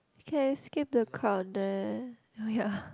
we can skip the crowd there oh ya